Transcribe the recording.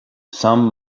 some